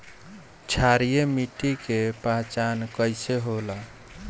क्षारीय मिट्टी के पहचान कईसे होला?